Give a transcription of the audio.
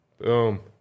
Boom